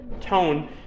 tone